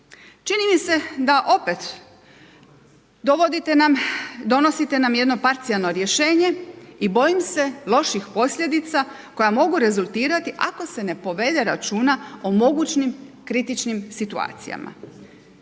Čini mi se da opet dovodite nam, donosite nam jedno parcijalno rješenje i bojim se loših posljedica koja mogu rezultirati ako se ne povede računa o mogućim kritičnim situacijama.